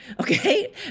okay